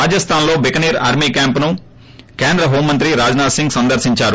రాజస్లాన్ లో బికనీర్ ఆర్మీ క్యాంప్ను కేంద్ర హోంమంత్రి రాజ్నాథ్ సింగ్ సందర్పిందారు